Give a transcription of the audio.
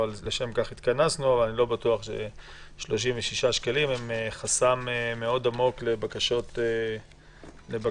אני לא בטוח ש-36 שקלים מהווים חסם מאוד עמוק לבקשות ביניים,